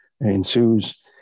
ensues